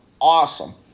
awesome